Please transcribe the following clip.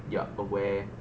you're aware